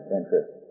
interest